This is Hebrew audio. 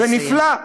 ונפלא,